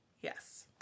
Yes